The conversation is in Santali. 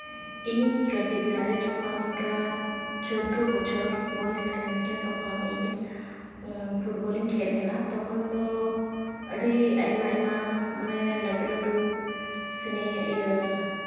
ᱤᱧ ᱠᱟᱹᱴᱤᱡ ᱵᱮᱲᱟᱨᱮ ᱡᱚᱠᱷᱚᱱ ᱚᱱᱠᱟ ᱪᱳᱫᱫᱳ ᱵᱚᱪᱷᱚᱨ ᱵᱚᱭᱚᱥ ᱛᱟᱦᱮᱸ ᱞᱮᱱ ᱛᱤᱧᱟᱹ ᱛᱚᱠᱷᱚᱱ ᱤᱧ ᱯᱷᱩᱴᱵᱚᱞ ᱤᱧ ᱠᱷᱮᱞ ᱞᱮᱱᱟ ᱛᱚᱠᱷᱚᱱ ᱫᱚ ᱟᱹᱰᱤ ᱟᱭᱢᱟ ᱟᱭᱢᱟ ᱢᱟᱱᱮ ᱞᱟᱹᱴᱩ ᱞᱟᱹᱴᱩ ᱥᱤᱱᱤ ᱤᱭᱟᱹ